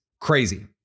crazy